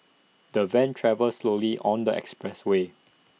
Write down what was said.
the van travelled slowly on the expressway